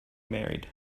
married